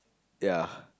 ya